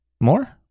more